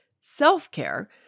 Self-care